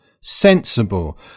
sensible